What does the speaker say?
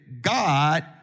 God